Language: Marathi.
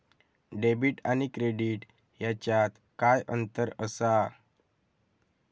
डेबिट आणि क्रेडिट ह्याच्यात काय अंतर असा?